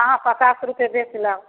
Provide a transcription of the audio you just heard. अहाँ पचास रुपैए बेचि लाउ